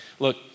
Look